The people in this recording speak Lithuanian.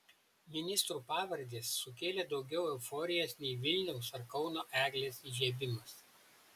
ministrų pavardės sukėlė daugiau euforijos nei vilniaus ar kauno eglės įžiebimas